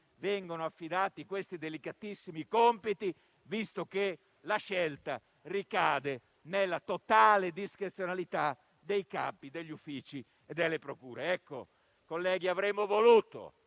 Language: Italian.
vengono affidati questi delicatissimi compiti, visto che la scelta ricade nella totale discrezionalità dei capi degli uffici e delle procure. Colleghi, avremmo voluto